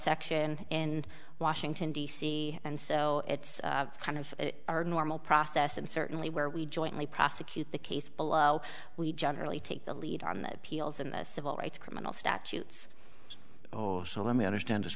section in washington d c and so it's kind of our normal process and certainly where we jointly prosecute the case below we generally take the lead on the peals and the civil rights criminal statutes so let me understand this